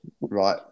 right